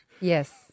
Yes